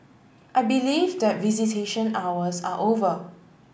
I believe that visitation hours are over